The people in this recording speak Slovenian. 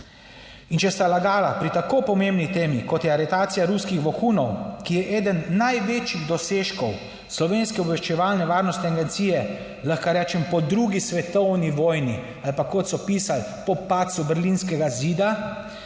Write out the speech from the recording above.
In če sta lagala pri tako pomembni temi, kot je aretacija ruskih vohunov, ki je eden največjih dosežkov Slovenske obveščevalno varnostne agencije, lahko rečem, po II. svetovni vojni ali pa, kot so pisali, po padcu Berlinskega zida,